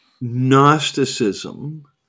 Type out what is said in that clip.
Gnosticism